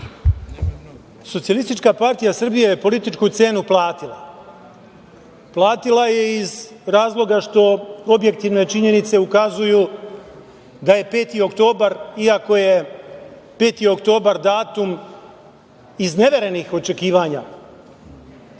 Socijalistička partija Srbije je političku cenu platila. Platila je iz razloga što objektivne činjenice ukazuju da je 5. oktobar, iako je 5. oktobar datum izneverenih očekivanja,